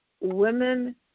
women